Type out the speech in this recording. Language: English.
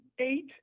eight